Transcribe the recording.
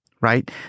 right